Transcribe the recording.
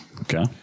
Okay